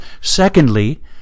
Secondly